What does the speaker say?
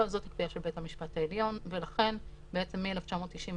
זאת הקביעה של בית המשפט העליון, ולכן בעצם מ-1996